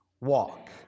walk